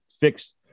fix